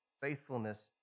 faithfulness